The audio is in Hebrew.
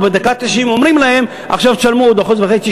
ובדקה התשעים אומרים להם: עכשיו תשלמו עוד 1.5%,